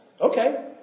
Okay